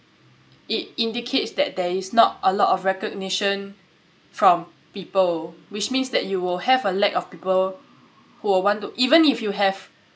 it indicates that there is not a lot of recognition from people which means that you will have a lack of people who would want to even if you have